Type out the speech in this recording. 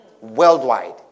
worldwide